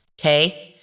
Okay